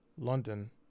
London